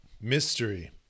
mystery